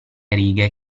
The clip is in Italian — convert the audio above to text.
righe